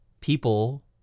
people